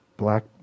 black